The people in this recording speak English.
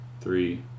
three